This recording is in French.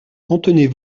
contenez